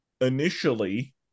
initially